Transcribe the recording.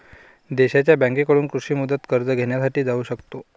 देशांच्या बँकांकडून कृषी मुदत कर्ज घेण्यासाठी जाऊ शकतो